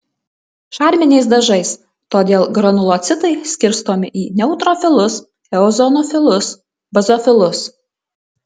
šarminiais dažais todėl granulocitai skirstomi į neutrofilus eozinofilus bazofilus